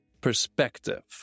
perspective